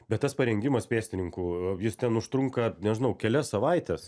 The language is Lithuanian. bet tas parengimas pėstininkų jis ten užtrunka nežinau kelias savaites